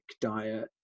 diet